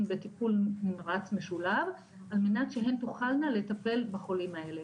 בטיפול נמרץ משולב על מנת שהן תוכלנה לטפל בחולים האלה,